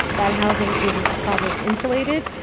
that housing isn't probably insulated.